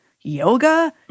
yoga